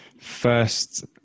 first